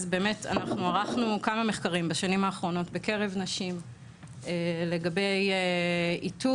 אז באמת אנחנו ערכנו כמה מחקרים בשנים האחרונות בקרב נשים לגבי איתור,